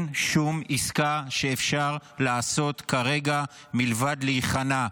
אין שום עסקה שאפשר לעשות כרגע מלבד להיכנע,